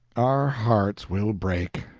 our hearts will break.